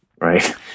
Right